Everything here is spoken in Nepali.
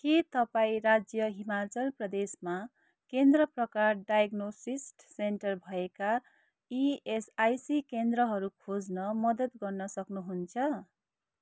के तपाईँँ राज्य हिमाचल प्रदेशमा केन्द्र प्रकार डायग्नोसिस सेन्टर भएका इएसआइसी केन्द्रहरू खोज्न मदद गर्न सक्नुहुन्छ